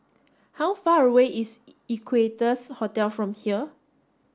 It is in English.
how far away is Equarius Hotel from here